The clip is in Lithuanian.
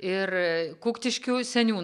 ir kuktiškių seniūnas